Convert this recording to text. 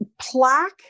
plaque